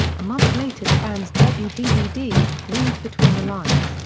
a month later the band's debut dvd, read between the lines,